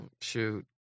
shoot